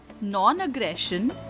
non-aggression